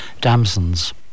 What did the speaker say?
damsons